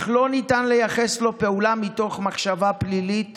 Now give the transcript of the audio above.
אך לא ניתן לייחס לו פעולה מתוך מחשבה פלילית